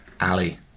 Ali